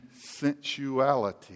sensuality